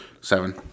Seven